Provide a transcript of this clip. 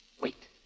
Wait